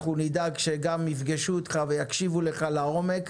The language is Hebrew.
אנחנו נדאג שגם ייפגשו אתך ויקשיבו לך לעומק.